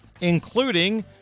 including